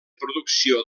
producció